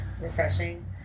Refreshing